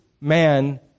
man